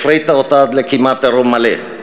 הפריטה אותה עד לכמעט עירום מלא,